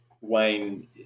Wayne